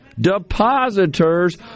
depositors